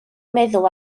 meddwl